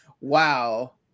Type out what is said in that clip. wow